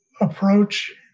approach